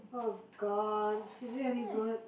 oh god is it any good